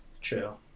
true